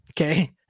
okay